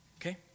Okay